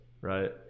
right